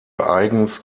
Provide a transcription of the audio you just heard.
eigens